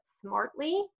smartly